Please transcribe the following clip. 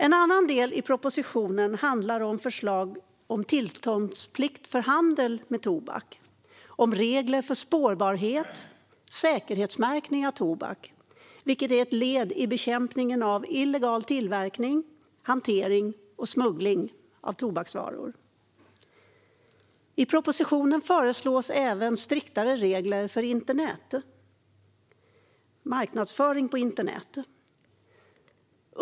En annan del i propositionen handlar om förslag om tillståndsplikt för handel med tobak och om regler för spårbarhet och säkerhetsmärkning av tobak, vilket är ett led i bekämpning av illegal tillverkning, hantering och smuggling av tobaksvaror. I propositionen föreslås även striktare regler för marknadsföring på internet.